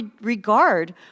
regard